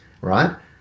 right